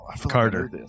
Carter